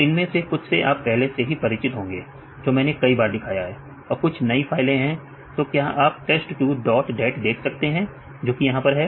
तो इनमें से कुछ से आप पहले से ही परिचित होंगे जो मैंने कई बार दिखाया है और कुछ नई फाइलें हैं तो क्या आप test two dot dat देख सकते हैं जो कि यहां पर है